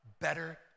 better